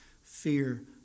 Fear